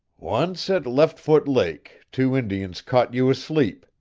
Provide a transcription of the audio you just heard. once at leftfoot lake, two indians caught you asleep,